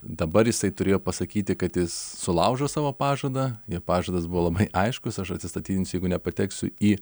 dabar jisai turėjo pasakyti kad jis sulaužo savo pažadą jo pažadas buvo labai aiškus aš atsistatydinsiu jeigu nepateksiu į